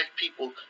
people